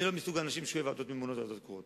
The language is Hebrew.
אני לא מסוג האנשים שאוהבים ועדות ממונות וועדות קרואות,